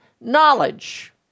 knowledge